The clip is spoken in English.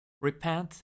Repent